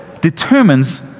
determines